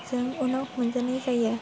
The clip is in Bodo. जों उनाव मोजानाय जायो